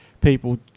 people